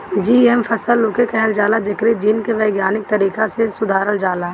GM फसल उके कहल जाला जेकरी जीन के वैज्ञानिक तरीका से सुधारल जाला